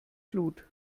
flut